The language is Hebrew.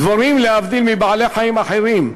דבורים, להבדיל מבעלי-חיים אחרים,